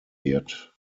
wird